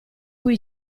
cui